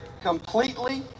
completely